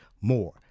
more